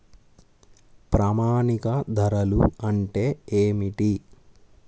ప్రామాణిక ధరలు అంటే ఏమిటీ?